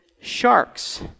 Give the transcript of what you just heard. Sharks